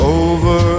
over